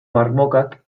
marmokak